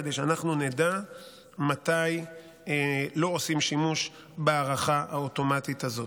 כדי שאנחנו נדע מתי לא עושים שימוש בהארכה האוטומטית הזאת.